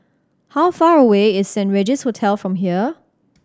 how far away is Saint Regis Hotel from here